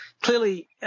clearly